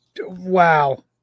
Wow